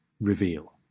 reveal